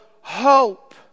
hope